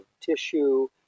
tissue